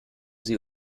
sie